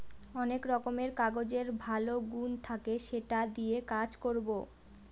অনেক রকমের কাগজের ভালো গুন থাকে সেটা দিয়ে কাজ করবো